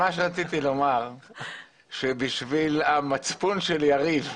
רציתי לומר שבשביל המצפון של יריב,